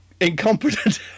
incompetent